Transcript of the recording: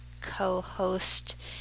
co-host